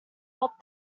help